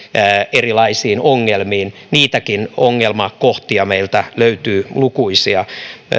erilaisiin ongelmiin niitäkin ongelmakohtia meiltä löytyy lukuisia